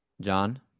John